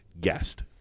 guest